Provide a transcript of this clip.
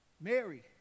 Mary